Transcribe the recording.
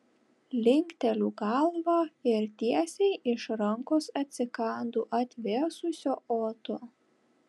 linkteliu galvą ir tiesiai iš rankos atsikandu atvėsusio oto